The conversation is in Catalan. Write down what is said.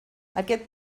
aquest